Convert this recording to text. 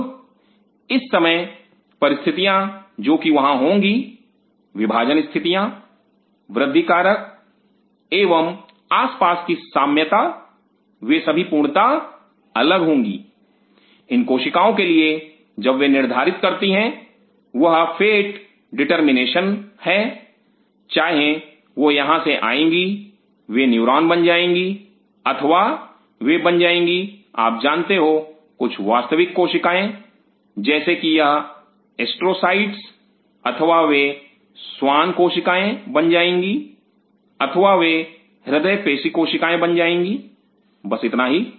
अब इस समय परिस्थितियां जो कि वहां होंगी विभाजन स्थितियाँ वृद्धि कारक एवं आसपास की साम्यता वे सभी पूर्णता अलग होंगी इन कोशिकाओं के लिए जब वे निर्धारित करती हैं वह फेट डिटरमिनेशन है चाहे वह यहां से आएँगी वे न्यूरॉन बन जाएंगी अथवा वे बन जाएंगी आप जानते हो कुछ वास्तविक कोशिकाएं जैसे कि यह एस्ट्रोसाइट्स अथवा वे स्वान कोशिकाएं बन जाएंगी अथवा वे हृदय पेशी कोशिकाएं बन जाएंगी बस इतना ही